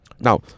Now